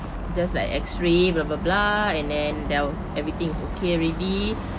just like x-ray and then there everything is okay already